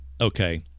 okay